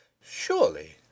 Surely